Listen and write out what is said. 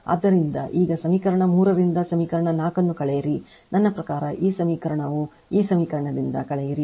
ಆದ್ದರಿಂದ ಈಗ ಸಮೀಕರಣ 3 ರಿಂದ ಸಮೀಕರಣ 4 ಅನ್ನು ಕಳೆಯಿರಿ ನನ್ನ ಪ್ರಕಾರ ಈ ಸಮೀಕರಣವು ಈ ಸಮೀಕರಣದಿಂದ ಕಳೆಯಿರಿ